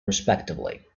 respectively